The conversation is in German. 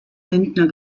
lindner